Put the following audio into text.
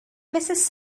mrs